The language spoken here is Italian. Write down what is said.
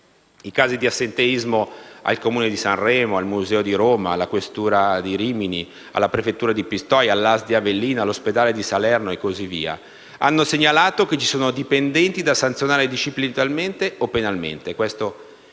I casi di assenteismo al Comune di Sanremo, in un museo di Roma, alla questura di Rimini, alla prefettura di Pistoia, alla ASL di Avellino, all'ospedale di Salerno hanno segnalato che ci sono dipendenti da sanzionare disciplinarmente o penalmente (questa è una